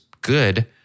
good